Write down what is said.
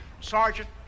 Sergeant